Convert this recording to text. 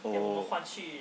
oh